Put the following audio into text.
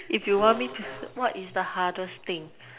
if you want me to what is the hardest thing